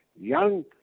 young